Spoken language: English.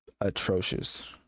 Atrocious